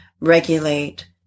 regulate